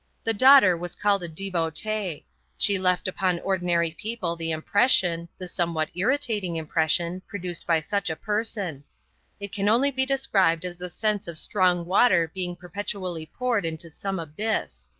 the daughter was called a devotee. she left upon ordinary people the impression the somewhat irritating impression produced by such a person it can only be described as the sense of strong water being perpetually poured into some abyss.